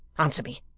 answer me,